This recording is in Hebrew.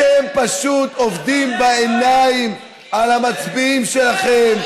אתם פשוט עובדים בעיניים על המצביעים שלכם.